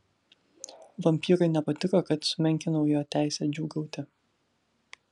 vampyrui nepatiko kad sumenkinau jo teisę džiūgauti